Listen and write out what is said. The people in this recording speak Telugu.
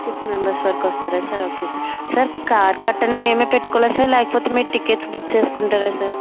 సిక్స్ మెంబర్స్ వరకూ వస్తారా sir okay sir sir car కట్టానీ మేమే పెట్టుకోవాలా సార్ లేకపోతే మీరు టికెట్స్ బుక్ చేసుకుంటారా సార్